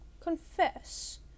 Confess